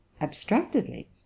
abstractedly